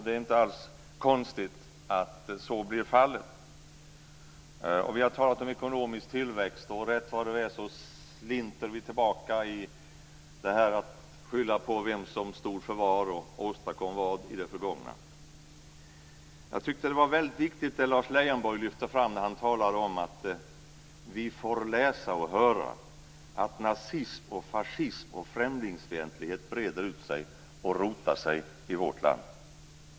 Det är inte alls konstigt att så blir fallet. Vi har talat om ekonomisk tillväxt, och rätt vad det är slinter vi tillbaka i detta med beskyllningar för vem som stod för vad och åstadkom vad i det förgångna. Jag tyckte att det som Lars Leijonborg lyfte fram var väldigt viktigt, nämligen att vi får läsa och höra att nazism, fascism och främlingsfientlighet breder ut sig och rotar sig i vårt land.